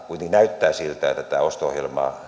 näyttää siltä että tämän osto ohjelman